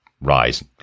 rise